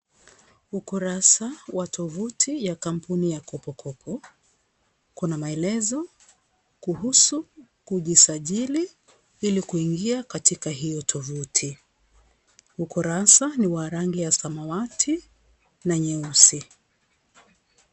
Ukurasa wa tovuti ya kampuni ya Kopokopo. Kuna maelezo kuhusu kujisajili ili kuingia katika hiyo tovuti. Ukurasa ni wa rangi ya samawati na nyeusi.